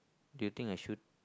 do you think I should